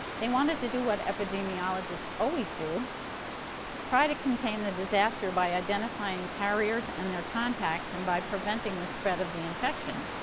they wanted to do what epidemiologists always do try to contain the disaster by identifying carriers and their contacts, and by preventing the spread of the infection.